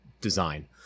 design